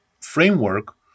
framework